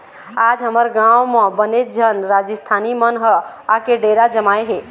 आज हमर गाँव म बनेच झन राजिस्थानी मन ह आके डेरा जमाए हे